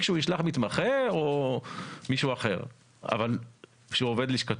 מספיק שהוא ישלח מתמחה או מישהו אחר שעובד לשכתו.